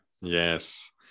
Yes